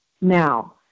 now